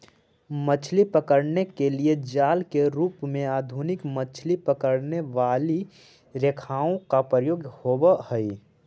मछली पकड़ने के लिए जाल के रूप में आधुनिक मछली पकड़ने वाली रेखाओं का प्रयोग होवअ हई